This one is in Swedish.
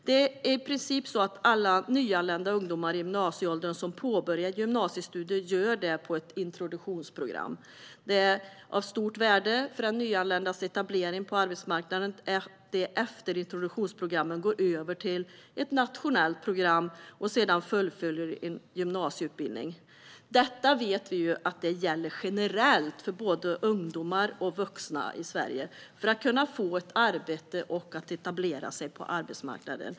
Det är i princip så att alla nyanlända ungdomar i gymnasieåldern som påbörjar gymnasiestudier gör det på ett introduktionsprogram. Det är av stort värde för nyanländas etablering på arbetsmarknaden att de efter introduktionsprogrammen går över till ett nationellt program och sedan fullföljer en gymnasieutbildning. Detta vet vi gäller generellt för både ungdomar och vuxna i Sverige när det gäller att kunna få ett arbete och etablera sig på arbetsmarknaden.